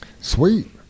Sweet